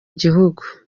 gihugu